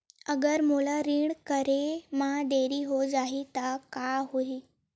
अगर मोला ऋण करे म देरी हो जाहि त का होही?